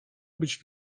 być